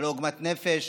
על עוגמת הנפש,